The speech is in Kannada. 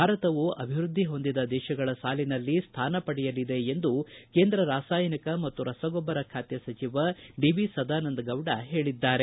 ಭಾರತವು ಅಭಿವೃದ್ದಿ ಹೊಂದಿದ ದೇಶಗಳ ಸಾಲಿನಲ್ಲಿ ಸ್ಥಾನ ಪಡೆಯಲಿದೆ ಎಂದು ಕೇಂದ್ರ ರಾಸಾಯನಿಕ ಹಾಗೂ ರಸಗೊಬ್ಲರ ಖಾತೆ ಸಚಿವ ಡಿ ವಿ ಸದಾನಂದ ಗೌಡ ಹೇಳಿದ್ದಾರೆ